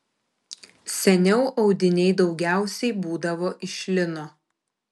seniau audiniai daugiausiai būdavo iš lino